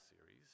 series